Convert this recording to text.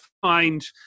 find